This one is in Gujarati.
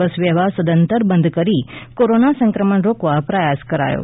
બસ વ્યવહાર સદંતર બંધ કરી કોરોના સંક્રમણ રોકવા પ્રયાસ કરાયો